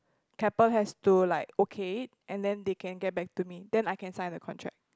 Keppel has to like okay and then they can get back to me then I can sign the contract